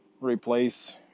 replace